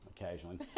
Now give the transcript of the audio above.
Occasionally